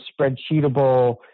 spreadsheetable